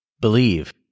Believe